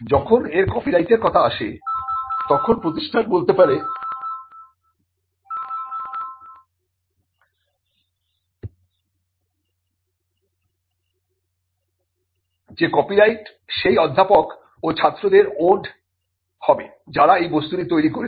যখন এর কপিরাইটের কথা আসে তখন প্রতিষ্ঠান বলতে পারে যে কপিরাইট সেই অধ্যাপক ও ছাত্রদের ওনড ন হবে যারা এই বস্তুটি তৈরি করেছেন